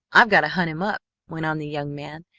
i've got to hunt him up, went on the young man,